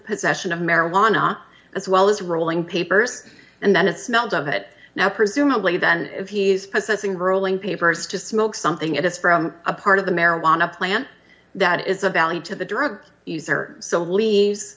possession of marijuana as well as rolling papers and then it smelled of it now presumably then if he's possessing rolling papers to smoke something it is from a part of the marijuana plant that is of value to the drug user still leave